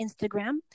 Instagram